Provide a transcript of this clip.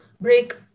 break